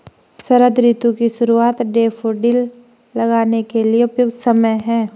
शरद ऋतु की शुरुआत डैफोडिल लगाने के लिए उपयुक्त समय है